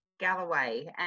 Galloway